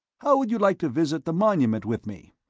how would you like to visit the monument with me?